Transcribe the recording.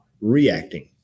reacting